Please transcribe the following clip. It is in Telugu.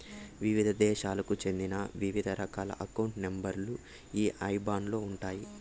వివిధ దేశాలకు చెందిన వివిధ రకాల అకౌంట్ నెంబర్ లు ఈ ఐబాన్ లో ఉంటాయి